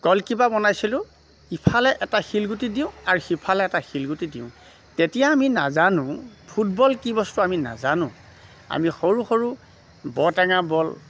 goalkeeper বনাইছিলোঁ ইফালে এটা শিলগুটি দিওঁ আৰু সিফালে এটা শিলগুটি দিওঁ তেতিয়া আমি নাজানো ফুটবল কি বস্তু আমি নাজানো আমি সৰু সৰু বৰ টেঙাৰ বল